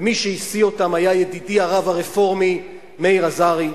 ומי שהשיא אותם היה ידידי הרב הרפורמי מאיר אזרי,